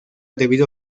debido